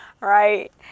right